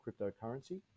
cryptocurrency